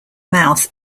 mouth